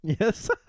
Yes